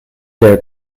their